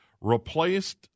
replaced